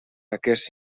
aquests